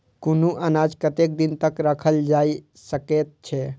कुनू अनाज कतेक दिन तक रखल जाई सकऐत छै?